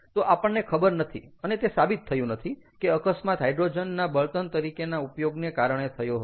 તો આપણને ખબર નથી અને તે સાબિત થયું નથી કે અકસ્માત હાઈડ્રોજનના બળતણ તરીકેના ઉપયોગને કારણે થયો હતો